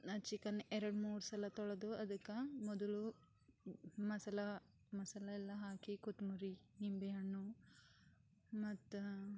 ನಾನು ಚಿಕನ್ ಎರಡು ಮೂರು ಸಲ ತೊಳದು ಅದಕ್ಕ ಮೊದಲು ಮಸಾಲ ಮಸಾಲ ಎಲ್ಲ ಹಾಕಿ ಕೊತ್ತಂಬ್ರಿ ನಿಂಬೆ ಹಣ್ಣು ಮತ್ತು